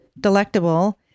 delectable